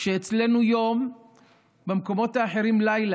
כשאצלנו יום במקומות אחרים לילה,